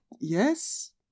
Yes